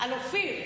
אני שומרת על אופיר.